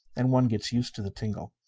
and one gets used to the tingle.